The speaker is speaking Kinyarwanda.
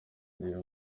buriya